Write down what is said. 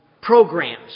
programs